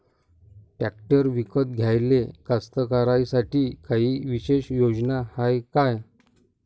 Tractor विकत घ्याले कास्तकाराइसाठी कायी विशेष योजना हाय का?